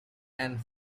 and